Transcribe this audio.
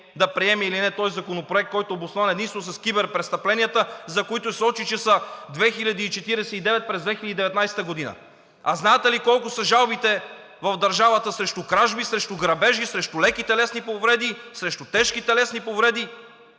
да приеме или не този законопроект, който е обоснован единствено с киберпрестъпленията, за които се сочи, че са 2049 през 2019 г. А знаете ли колко са жалбите в държавата срещу кражби, срещу грабежи, срещу леки телесни повреди, срещу тежки телесни повреди?